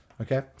okay